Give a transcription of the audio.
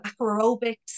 aerobics